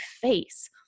face